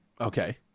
Okay